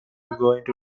going